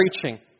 preaching